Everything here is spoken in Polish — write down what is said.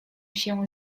się